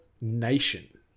Nation